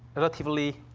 relatively,